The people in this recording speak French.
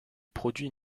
produit